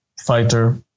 fighter